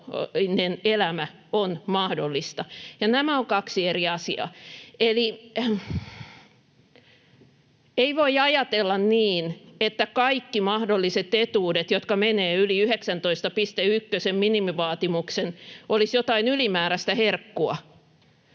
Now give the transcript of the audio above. elämä on mahdollista. Nämä ovat kaksi eri asiaa. Eli ei voi ajatella niin, että kaikki mahdolliset etuudet, jotka menevät yli 19.1 §:n minimivaatimuksen, olisivat jotain ylimääräistä herkkua,